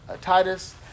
Titus